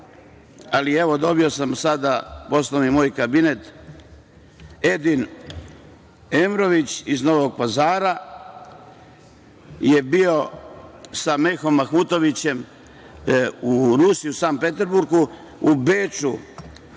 ali, evo, dobio sam sada, poslao mi je moj kabinet, Edin Emrović iz Novog Pazara je bio sa Mehom Mahmutovićem u Rusiji, u San Petersburgu, u Beču